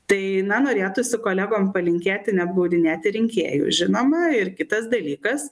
tai na norėtųsi kolegom palinkėti neapgaudinėti rinkėjų žinoma ir kitas dalykas